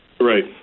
Right